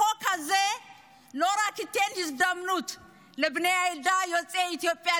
החוק הזה לא רק נותן הזדמנות לבני העדה יוצאי אתיופיה,